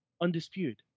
undisputed